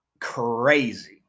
crazy